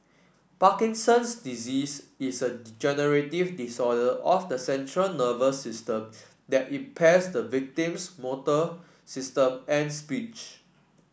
Parkinson's disease is a degenerative disorder of the central nervous system that impairs the victim's motor system and speech